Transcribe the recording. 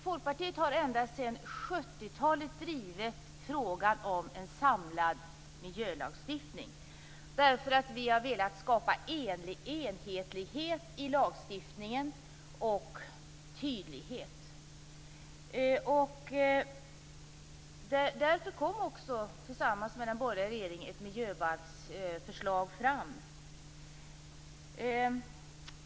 Folkpartiet har ända sedan 70-talet drivit frågan om en samlad miljölagstiftning därför att vi har velat skapa enhetlighet och tydlighet i lagstiftningen. Därför lades det också, tillsammans i den borgerliga regeringen, fram ett förslag om en miljöbalk.